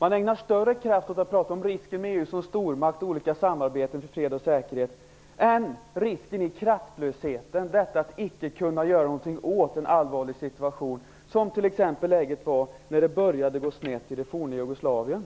Man ägnar större kraft åt att tala om risken med EU som stormakt och olika samarbetsformer för fred och säkerhet än om risken för kraftlöshet, att inte kunna göra någonting åt en allvarlig situation, t.ex. om man ser på hur läget var när det började gå snett i det forna